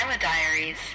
Diaries